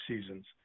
seasons